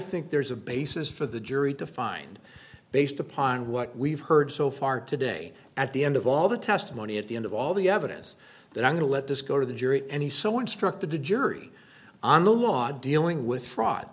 think there's a basis for the jury to find based upon what we've heard so far today at the end of all the testimony at the end of all the evidence that i'm going to let this go to the jury and he so instructed the jury on the law dealing with fraud